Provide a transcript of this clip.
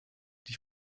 die